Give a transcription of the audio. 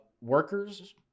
workers